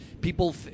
people